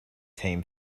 team